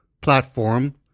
platform